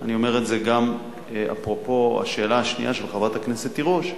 אני אומר את זה גם אפרופו השאלה השנייה של חברת הכנסת תירוש,